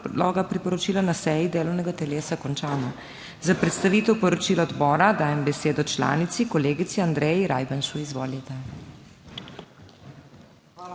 Hvala